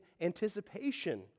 anticipation